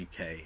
UK